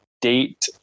date